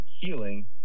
healing